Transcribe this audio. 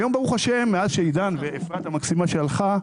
היום ברוך ה', מאז שעידן ואפרת המקסימה שהלכה,